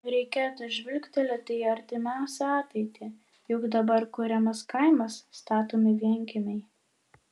reikėtų žvilgtelėti į artimiausią ateitį juk dabar kuriamas kaimas statomi vienkiemiai